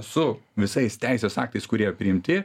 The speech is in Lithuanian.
su visais teisės aktais kurie priimti